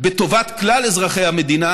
בטובת כלל אזרחי המדינה,